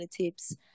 tips